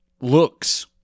looks